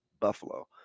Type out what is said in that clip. Buffalo